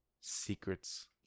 secrets